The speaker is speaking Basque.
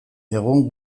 egun